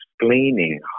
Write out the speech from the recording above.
explaining